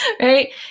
right